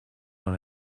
dans